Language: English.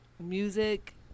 music